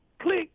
click